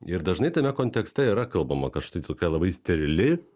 ir dažnai tame kontekste yra kalbama kad štai tokia labai sterili